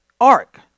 Ark